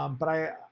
um but i,